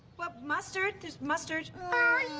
well, mustard, there's mustard. mm.